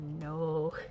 no